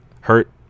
hurt